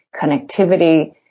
connectivity